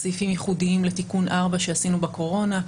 סעיפים ייחודים לתיקון 4 שעשינו בקורונה.